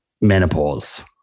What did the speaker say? menopause